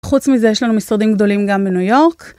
חוץ מזה יש לנו משרדים גדולים גם בניו יורק.